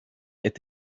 est